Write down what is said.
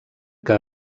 que